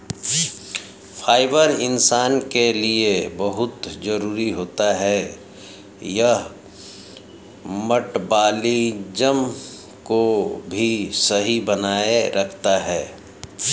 fibre इंसान के लिए बहुत जरूरी होता है यह मटबॉलिज़्म को भी सही बनाए रखता है